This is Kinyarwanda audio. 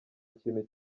kintu